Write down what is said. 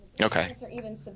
Okay